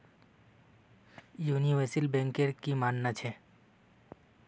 universal banker की मानना छ